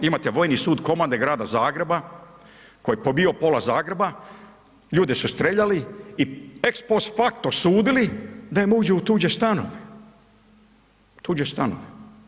Imate vojni sud komande Grada Zagreba koji je pobio pola Zagreba, ljude su streljali i ex post faktor sudili da im uđe u tuđe stanove, tuđe stanove.